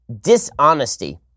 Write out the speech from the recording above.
dishonesty